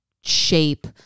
shape